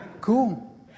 cool